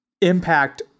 impact